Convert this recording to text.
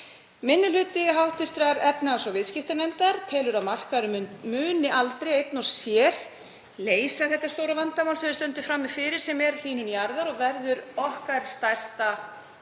Minni hluti hv. efnahags- og viðskiptanefndar telur að markaðurinn muni aldrei einn og sér leysa þetta stóra vandamál sem við stöndum frammi fyrir sem er hlýnun jarðar og verður okkar stærsta